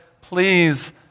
please